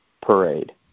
parade